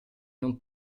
non